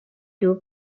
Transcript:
two